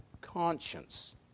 conscience